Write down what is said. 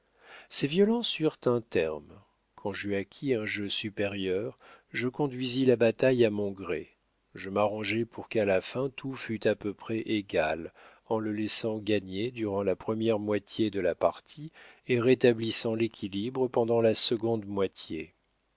ces violences eurent un terme quand j'eus acquis un jeu supérieur je conduisis la bataille à mon gré je m'arrangeai pour qu'à la fin tout fût à peu près égal en le laissant gagner durant la première moitié de la partie et rétablissant l'équilibre pendant la seconde moitié